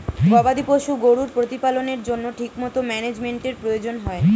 গবাদি পশু গরুর প্রতিপালনের জন্য ঠিকমতো ম্যানেজমেন্টের প্রয়োজন হয়